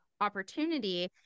opportunity